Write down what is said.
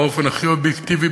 באופן הכי אובייקטיבי,